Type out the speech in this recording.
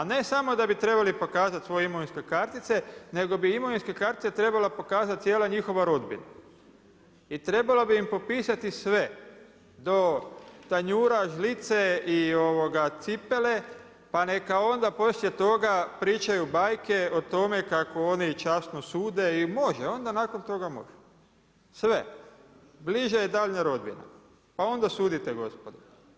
A ne samo da bi trebali pokazati svoje imovinske kartice, nego bi imovinske kartice trebala pokazati cijela njihova rodbina i trebalo bi im popisati sve do tanjura, žlice i cipele pa neka onda poslije toga pričaju bajke o tome kako oni časno sude i može, onda nakon toga može sve bliža i daljnja rodbina, pa onda sudite gospodo.